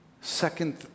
Second